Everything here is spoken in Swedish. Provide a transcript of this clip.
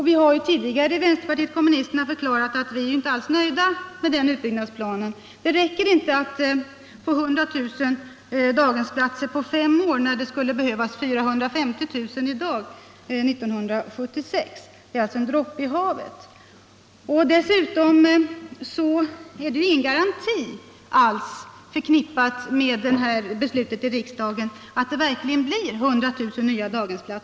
Vi från — nedbringa' väntetiviänsterpartiet kommunisterna har tidigare förklarat att vi inte alls är — derna vid studiemenöjda med den utbyggnadsplanen. Det räcker inte att få 100 000 nya dag — delsnämnderna hemsplatser på fem år när det skulle behövas 450 000 i dag, 1976. Det är alltså en droppe i havet. Med beslutet i riksdagen är dessutom inte alls forkmppdd någon garanti för att det verkligen blir 100 000 nya daghemsplatser.